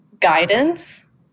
guidance